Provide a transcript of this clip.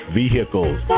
vehicles